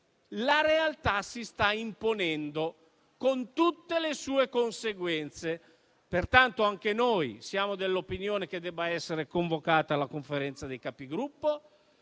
la realtà si sta imponendo, con tutte le sue conseguenze. Pertanto, anche noi siamo dell'opinione che debba essere convocata la Conferenza dei Capigruppo